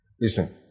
Listen